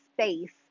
space